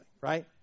right